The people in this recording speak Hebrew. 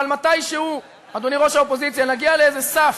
אבל מתישהו, אדוני ראש האופוזיציה, נגיע לאיזה סף